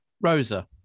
Rosa